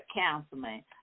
counseling